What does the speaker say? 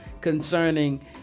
concerning